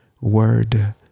word